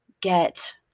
get